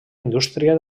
indústria